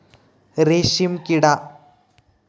रेशीमकिडा